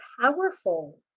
powerful